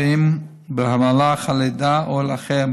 אם במהלך הלידה ואם אחריה,